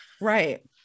right